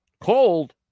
Cold